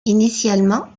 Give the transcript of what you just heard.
initialement